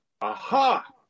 aha